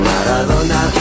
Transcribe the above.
Maradona